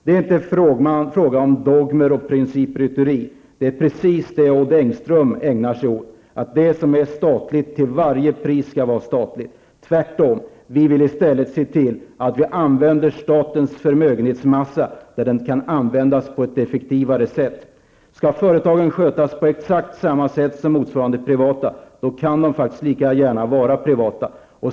Det är inte fråga om dogmer och principrytteri. Det är däremot precis vad Odd Engström ägnar sig åt. Det som är statligt skall till varje pris vara statligt. Vi vill tvärtom se till att vi använder statens förmögenhetsmassa där den kan användas på ett effektivare sätt. Om företagen skall skötas på exakt samma sätt som motsvarande privata företag kan de faktiskt lika gärna vara privata.